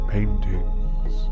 Paintings